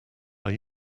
are